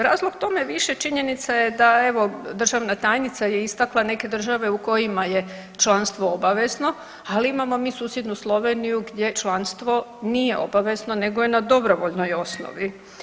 Razlog tome je više činjenica da evo državna tajnica je istakla neke države u kojima je članstvo obavezno, ali imamo mi susjednu Sloveniju gdje članstvo nije obavezno nego je na dobrovoljno osnovi.